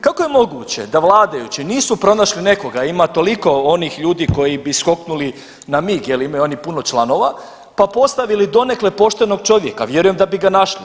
Kako je moguće da vladajući nisu pronašli nekoga, ima toliko onih koji bi skoknuli na mig jer imaju oni puno članova pa postavili donekle poštenog čovjeka, vjerujem da bi ga našli.